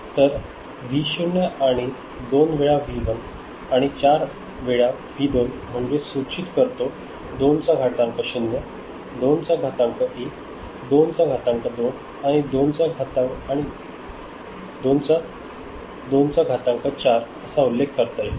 तर व्ही 0 आणि आणि दोन वेळा व्ही1 आणि चार वेळा व्ही 2 म्हणजे हे सुचित करतो दोनचा घातांक 0 दोनचा घातांक 1 दोनचा घातांक 2 दोन आणि दोन चा घातांक चार असा उल्लेख करता येईल